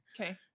Okay